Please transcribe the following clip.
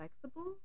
flexible